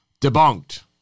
debunked